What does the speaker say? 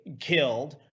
killed